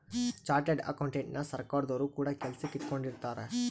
chartered ಅಕೌಂಟೆಂಟನ ಸರ್ಕಾರದೊರು ಕೂಡ ಕೆಲಸಕ್ ಇಟ್ಕೊಂಡಿರುತ್ತಾರೆ